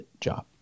job